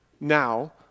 now